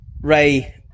Ray